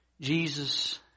Jesus